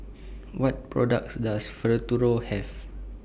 What products Does Have